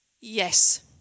yes